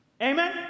Amen